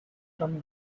from